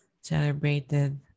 celebrated